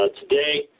today